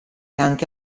anche